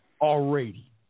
already